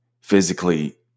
physically